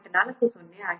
40 ಆಗಿದೆ